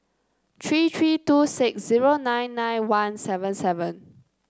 three three two six zero nine nine one seven seven